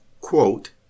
quote